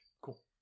Cool